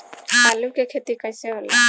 आलू के खेती कैसे होला?